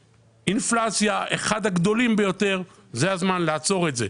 האינפלציה הגדולים ביותר זה הזמן לעצור את זה.